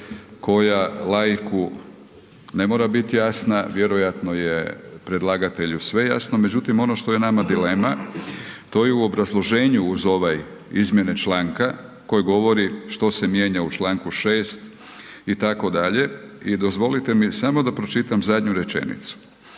koja laiku ne mora bit jasna, vjerojatno je predlagatelju sve jasno međutim ono što je nama dilema, to je u obrazloženju uz ove izmjene članka koji govori što se mijenja u članku 6. itd. i dozvolite mi samo da pročitam zadnju rečenicu.